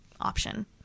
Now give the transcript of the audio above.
option